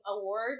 awards